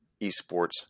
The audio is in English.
esports